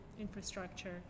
infrastructure